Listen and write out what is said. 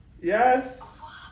Yes